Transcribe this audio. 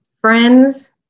friends